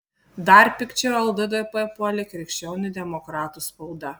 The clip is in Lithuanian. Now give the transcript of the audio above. dar pikčiau lddp puolė krikščionių demokratų spauda